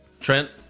Trent